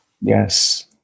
Yes